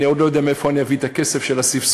אני עוד לא יודע מאיפה אני אביא את הכסף של הסבסוד,